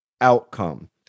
outcome